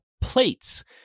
Plates